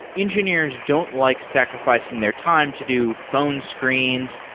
engineers don't like sacrificing their time to do phone screens,